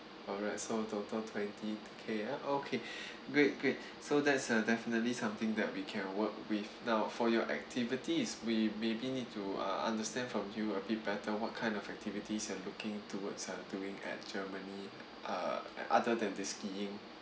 alright so total twenty K ah okay great great so that's uh definitely something that we can work with now for your activities we maybe need to uh understand from you a bit better what kind of activities you're looking towards uh doing at germany uh other than the skiing